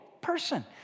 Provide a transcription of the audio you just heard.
person